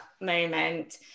moment